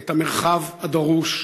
את המרחב הדרוש